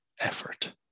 effort